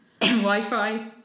Wi-Fi